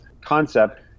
concept